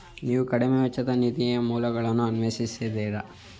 ನೀವು ಕಡಿಮೆ ವೆಚ್ಚದ ನಿಧಿಯ ಮೂಲಗಳನ್ನು ಅನ್ವೇಷಿಸಿದ್ದೀರಾ?